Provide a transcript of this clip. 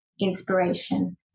inspiration